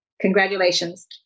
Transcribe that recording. Congratulations